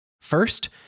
First